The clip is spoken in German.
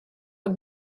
und